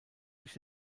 sich